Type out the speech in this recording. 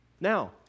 now